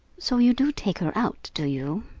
so you do take her out, do you?